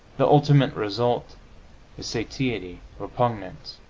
the ultimate result is satiety, repugnance,